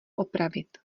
opravit